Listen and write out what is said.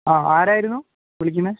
ആരായിരുന്നു വിളിക്കുന്നത്